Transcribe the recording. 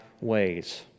ways